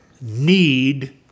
need